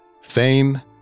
Fame